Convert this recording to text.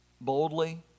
Boldly